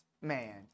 Man